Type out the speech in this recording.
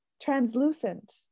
translucent